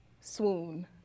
Swoon